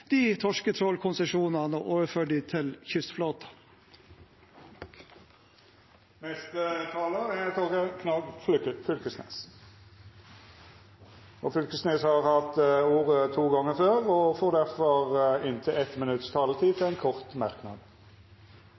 og overføre dem til kystflåten? Representanten Torgeir Knag Fylkesnes har hatt ordet to gonger tidlegare og får ordet til ein kort merknad, avgrensa til